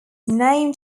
named